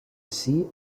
ací